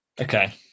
Okay